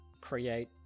create